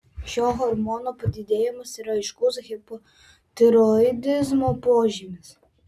šio hormono padidėjimas yra aiškus hipotiroidizmo požymis